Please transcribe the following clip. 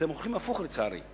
אתם הולכים הפוך, לצערי.